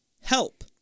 Help